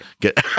Get